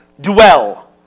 Dwell